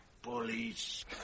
Police